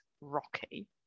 rocky